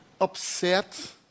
upset